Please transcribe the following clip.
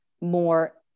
more